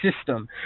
system